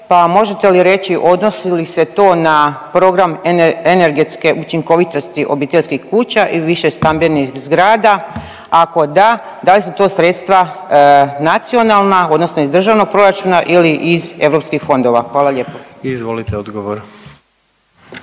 možete li reći odnosi li se to na program energetske učinkovitosti obiteljskih kuća i višestambenih zgrada, ako da, da li su to sredstva nacionalna odnosno iz državnog proračuna ili iz europskih fondova? Hvala lijepo. **Jandroković,